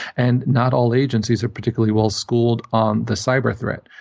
and not all agencies are particularly well schooled on the cyber threat.